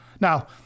Now